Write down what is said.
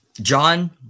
John